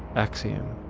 axiom.